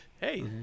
hey